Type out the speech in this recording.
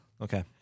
Okay